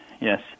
yes